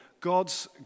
God's